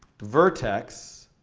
vertex